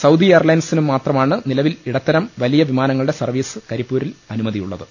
Saudi എയർലൈൻസിന് മാത്രമാണ് നിലവിൽ ഇടത്തരം വലിയ വിമാ നങ്ങളുടെ സർവീസിന് കരിപ്പൂരിൽ അനുമതിയുള്ളത്